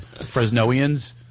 Fresnoians